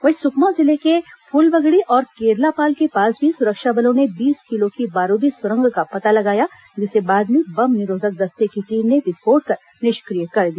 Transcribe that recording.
वहीं सुकमा जिले के फुलबगड़ी और केरलापाल के पास भी सुरक्षा बलों ने बीस किलो की बारूदी सुरंग का पता लगाया जिसे बाद में बम निरोधक दस्ते की टीम ने विस्फोट कर निष्क्रिय कर दिया